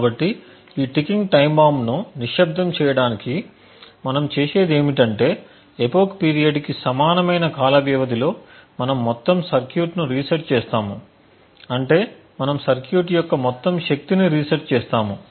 కాబట్టి ఈ ticking time బాంబును నిశ్శబ్దం చేయడానికి మనం చేసేది ఏమిటంటే ఎపోక్ పీరియడ్ కి సమానమైన కాల వ్యవధిలో మనం మొత్తం సర్క్యూట్ను రీసెట్ చేస్తాము అంటే మనం సర్క్యూట్ యొక్క మొత్తం శక్తిని రీసెట్ చేస్తాము